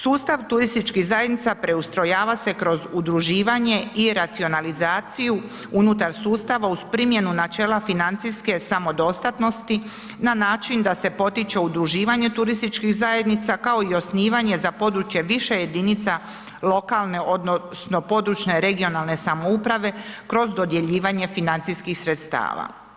Sustav turističkih zajednica preustrojava se kroz udruživanja i racionalizaciju unutar sustava uz primjenu načela financijske samodostatnosti na način da se potiče udruživanje turističkih zajednica kao i osnivanje za područje više jedinica lokalne odnosno područne (regionalne) samouprave kroz dodjeljivanje financijskih sredstava.